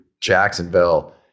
Jacksonville